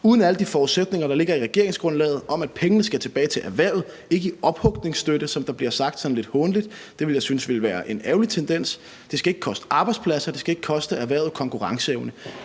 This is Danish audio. uden alle de forudsætninger, der ligger i regeringsgrundlaget om, at pengene skal tilbage til erhvervet ikke i ophugningsstøtte, som der bliver sagt sådan lidt hånligt, for det ville jeg synes ville være en ærgerlig tendens, og det skal ikke koste arbejdspladser, og det skal ikke koste erhvervet konkurrenceevne.